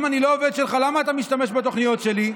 אם אני לא עובד שלך למה אתה משתמש בתוכניות שלי?